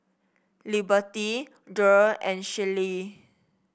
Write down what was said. Liberty Jere and Shellie